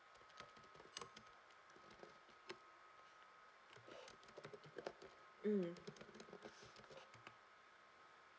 mm